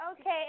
Okay